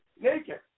naked